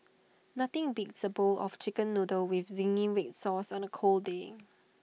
nothing beats A bowl of Chicken Noodles with Zingy Red Sauce on A cold day